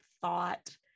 thought